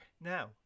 Now